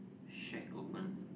shack open